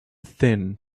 thin